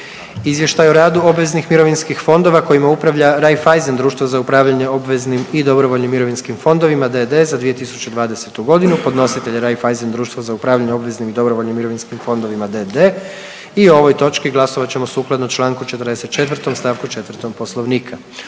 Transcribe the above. Izvještaj o radu obveznih mirovinskih fondova kojima uprava Raiffeisen društvo za upravljanje obveznim i dobrovoljnim mirovinskim fondovima d.d. za 2020. godinu. Podnositelj je Raiffeisen društvo za upravljanje obveznim i dobrovoljnim mirovinskim fondovima d.d. i o ovoj točki glasovat ćemo sukladno Članku 44. stavku 4. Poslovnika.